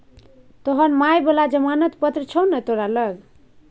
तोहर माय बला जमानत पत्र छौ ने तोरा लग